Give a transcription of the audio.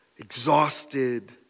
exhausted